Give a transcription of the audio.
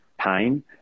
pain